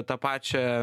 tą pačią